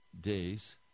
days